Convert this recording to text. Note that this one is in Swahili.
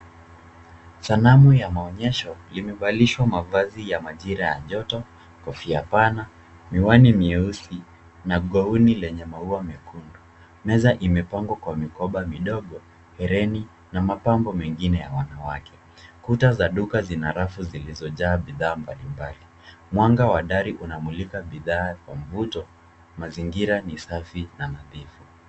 Sanamu ya maonyesho limevalishwa mavazi ya majira ya joto, kofia pana, miwani myeusi na gauni lenye maua mekundu. Meza imepangwa kwa mikoba midogo, hereni na mapambo mengine ya wanawake. Kuta za duka zina rafu zilizojaa bidhaa mbalimbali. Mwanga wa dari unamulika bidhaa kwa mvuto. Mazingira ni safi na mapifu.